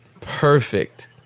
perfect